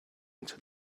into